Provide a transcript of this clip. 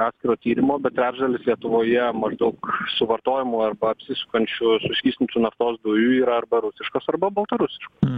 atskiro tyrimo bet trečdalis lietuvoje maždaug suvartojamų arba apsisukančių suskystintų naftos dujų yra arba rusiškos arba baltarusiškos